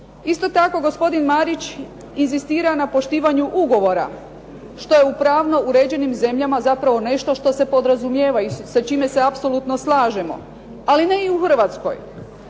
Isto tako, gospodin Marić inzistira na poštivanju ugovora, što je u pravno uređenim zemljama zapravo nešto što se podrazumijeva i sa čime se apsolutno slažemo. Ali ne i u Hrvatskoj.